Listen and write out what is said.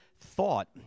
thought